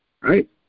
right